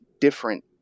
different